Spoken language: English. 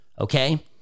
okay